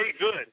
good